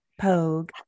Pogue